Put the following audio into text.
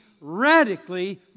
radically